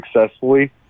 successfully